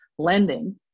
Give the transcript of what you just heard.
Lending